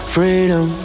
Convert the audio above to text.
Freedom